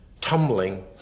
tumbling